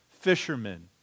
fishermen